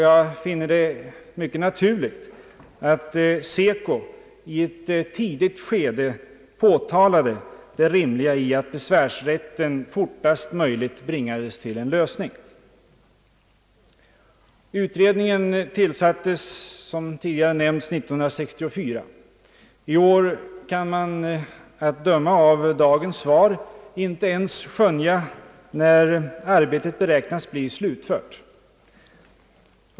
Jag finner det mycket naturligt att SECO i ett tidigt skede påtalade det rimliga i att frågan om besvärsrätten snarast möjligt bringades till en lösning. Utredningen tillsattes, såsom tidigare nämnts, år 1964. Man kan i år, att döma av dagens svar, inte ens skönja en tidpunkt när arbetet kan beräknas bli slutfört.